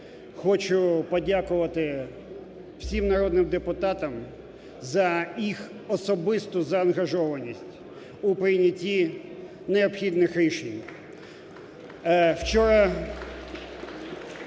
хочу подякувати всім народним депутатам за їх особисту заангажованість у прийнятті необхідних рішень.